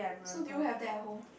so do you have that at home